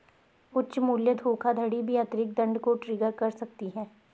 उच्च मूल्य धोखाधड़ी भी अतिरिक्त दंड को ट्रिगर कर सकती है